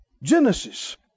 Genesis